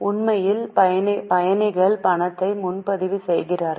உண்மையில் பயணிகள் பணத்தை முன்பதிவு செய்கிறார்கள்